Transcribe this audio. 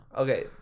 okay